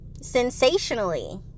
Sensationally